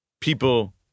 people